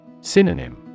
Synonym